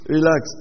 Relax